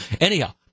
Anyhow